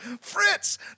Fritz